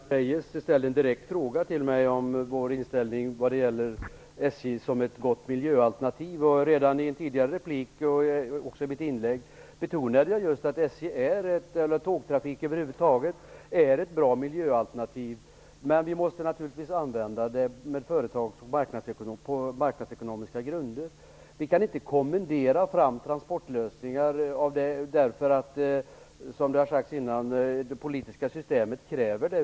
Herr talman! Elisa Abascal Reyes ställer en direkt fråga till mig om vår inställning när det gäller SJ som ett gott miljöalternativ. Redan i en tidigare replik, liksom i mitt anförande, betonade jag just att tågtrafik över huvud taget är ett bra miljöalternativ. Men vi måste naturligtvis driva företag på marknadsekonomiska grunder. Vi kan inte kommendera fram transportlösningar för att det politiska systemet, som man har sagt tidigare, kräver det.